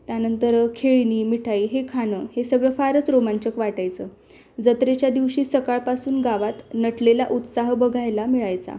त्यानंतर खेळणी मिठाई हे खाणं हे सगळं फारच रोमांचक वाटायचं जत्रेच्या दिवशी सकाळपासून गावात नटलेला उत्साह बघायला मिळायचा